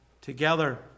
together